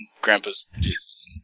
Grandpa's